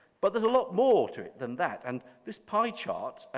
but there's a lot more to it than that. and this pie chart,